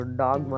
dog